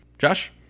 Josh